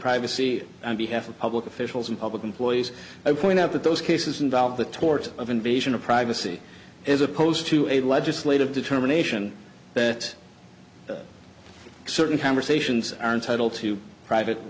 privacy on behalf of public officials and public employees i point out that those cases involve the tort of invasion of privacy as opposed to a legislative determination that certain conversations are entitle to private